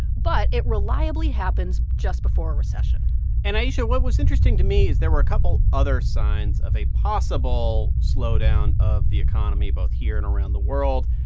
but it reliably happens just before a recession and, ayesha, what was interesting to me is there were a couple other signs of a possible slowdown of the economy both here and around the world.